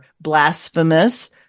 blasphemous